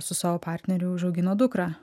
su savo partneriu užaugino dukrą